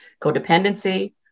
codependency